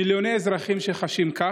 מיליוני אזרחים שחשים כך.